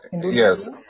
Yes